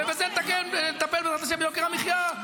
ובזה נטפל בעזרת השם ביוקר המחיה.